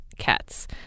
cats